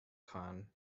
khan